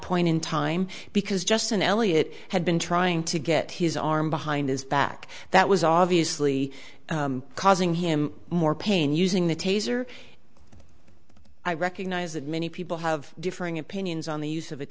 point in time because justin elliott had been trying to get his arm behind his back that was obviously causing him more pain using the taser i recognize that many people have differing opinions on the use of a